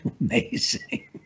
amazing